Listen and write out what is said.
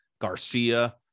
Garcia